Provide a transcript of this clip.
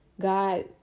God